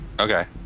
Okay